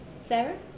Sarah